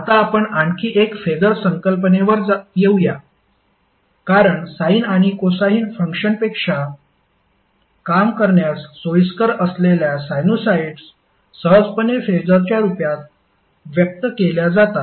आता आपण आणखी एक फेसर संकल्पनेवर येऊया कारण साइन आणि कोसाइन फंक्शन्सपेक्षा काम करण्यास सोयीस्कर असलेल्या साइनुसॉईड्स सहजपणे फेसरच्या रूपात व्यक्त केल्या जातात